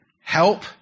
help